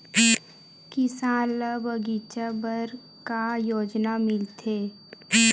किसान ल बगीचा बर का योजना मिलथे?